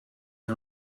can